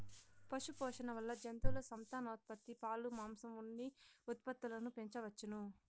పశుపోషణ వల్ల జంతువుల సంతానోత్పత్తి, పాలు, మాంసం, ఉన్ని ఉత్పత్తులను పెంచవచ్చును